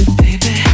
baby